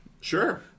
Sure